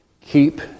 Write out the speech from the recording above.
Keep